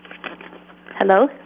Hello